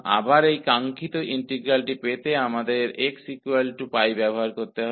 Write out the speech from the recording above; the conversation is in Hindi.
तो फिर से इस इंटीग्रल का मान प्राप्त करने के लिए हमें xπ रखना होगा